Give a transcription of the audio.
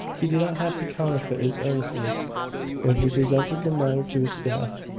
he did not have to counterfeit his earnestness when he presented the matter to his staff,